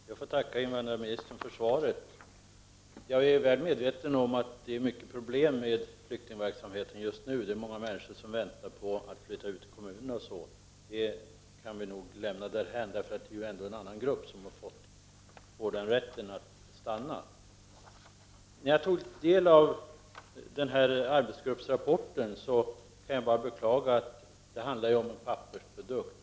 Herr talman! Jag får tacka invandrarministern för svaret. Jag är väl medveten om att det är stora problem med flyktingverksamheten just nu. Många människor väntar på att få flytta ut till kommunerna. Men det kan vi lämna därhän, för det är ju ändå en annan grupp som får rätten att stanna. Efter att ha tagit del av arbetsgruppens rapport måste jag beklaga och konstatera att det handlar om en pappersprodukt.